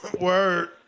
Word